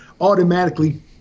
automatically